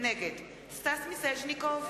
נגד סטס מיסז'ניקוב,